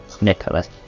Nicholas